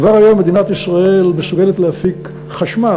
כבר היום מדינת ישראל מסוגלת להפיק חשמל,